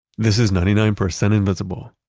this is ninety nine percent invisible.